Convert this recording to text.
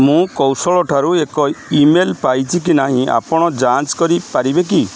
ମୁଁ କୌଶଲ ଠାରୁ ଏକ ଇମେଲ୍ ପାଇଛି କି ନାହିଁ ଆପଣ ଯାଞ୍ଚ କରିପାରିବେ କି